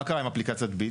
מה קרה עם אפליקציית ביט?